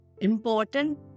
important